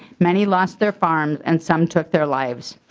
many lost their farm and some took their lives.